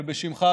ובשמך,